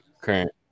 Current